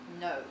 No